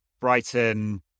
Brighton